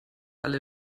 alle